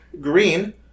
Green